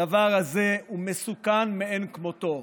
הדבר הזה הוא מסוכן מאין כמותו.